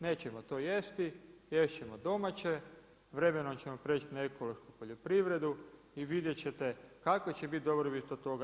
Nećemo to jesti, jesti ćemo domaće, vremenom ćemo preći na ekološku poljoprivredu i vidjet ćete kakva će biti dobrobit od toga.